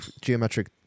geometric